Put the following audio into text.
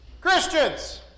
Christians